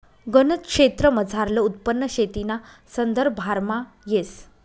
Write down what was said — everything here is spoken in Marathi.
गनज क्षेत्रमझारलं उत्पन्न शेतीना संदर्भामा येस